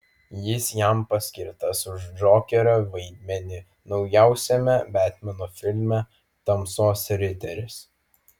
jis jam paskirtas už džokerio vaidmenį naujausiame betmeno filme tamsos riteris